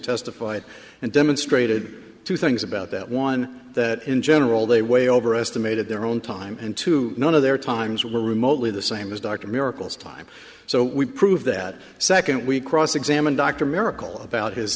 testified and demonstrated two things about that one that in general they way overestimated their own time and two none of their times were remotely the same as dr miracles time so we prove that second we cross examined dr miracle about his